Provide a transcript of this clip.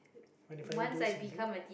when you finally do something